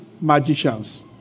magicians